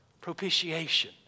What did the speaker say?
propitiation